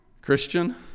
Christian